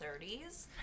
30s